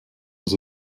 was